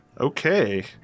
Okay